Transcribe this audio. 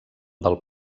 del